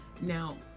Now